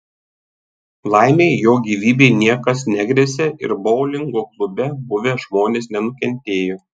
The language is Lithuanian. laimei jo gyvybei niekas negresia ir boulingo klube buvę žmonės nenukentėjo